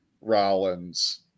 Rollins